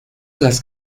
las